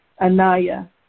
Anaya